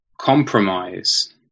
compromise